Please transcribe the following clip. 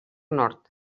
nord